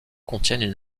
contiennent